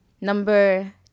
Number